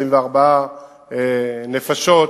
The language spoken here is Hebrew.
24 נפשות,